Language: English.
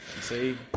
see